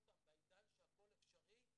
בעידן שהכול אפשרי,